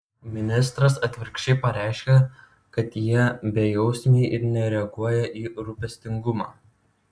ministras atvirkščiai pareiškia kad jie bejausmiai ir nereaguoja į rūpestingumą